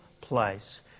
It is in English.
place